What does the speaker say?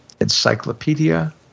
Encyclopedia